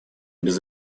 без